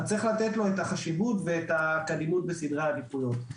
יש לתת לו את החשיבות ואת הקדימות בסדרי עדיפויות.